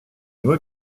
nur